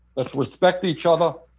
let's respect each other,